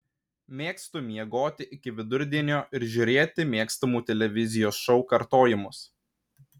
mėgstu miegoti iki vidurdienio ir žiūrėti mėgstamų televizijos šou kartojimus